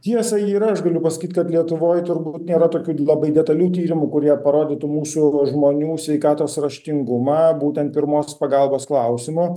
tiesa yra aš galiu pasakyti kad lietuvoj turbūt nėra tokių labai detalių tyrimų kurie parodytų mūsų žmonių sveikatos raštingumą būtent pirmos pagalbos klausimu